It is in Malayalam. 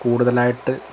കൂടുതലായിട്ട്